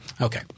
Okay